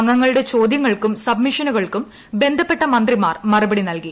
അംഗങ്ങളുടെ ചോദ്യങ്ങൾക്കും സബ്മിഷനുകൾക്കും ബന്ധപ്പെട്ട മന്ത്രിമാർ മറുപടി നൽകി